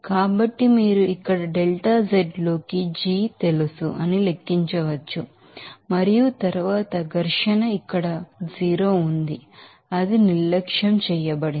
కాబట్టి మీరు ఇక్కడ డెల్టా జడ్ లోకి జి తెలుసు అని లెక్కించవచ్చు మరియు తరువాత ఫ్రిక్షన్ ఇక్కడ 0 ఉంది అది నిర్లక్ష్యం చేయబడింది